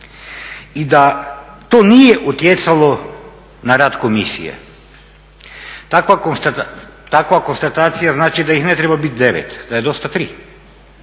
i da to nije utjecalo na rad komisije. Takva konstatacija znači da ih ne treba biti 9, da je dosta 3.